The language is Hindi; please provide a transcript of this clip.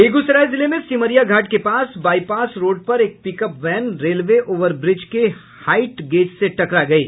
बेगूसराय जिले में सिमरिया घाट के पास बाईपास रोड पर एक पिकअप वैन रेलवे ओवरब्रिज के हाईटगेज से टकरा गयी